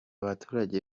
baturage